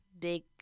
big